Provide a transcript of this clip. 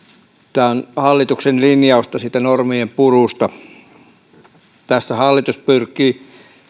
tämä on hallituksen linjausta normien purusta tässä hallitus pyrkii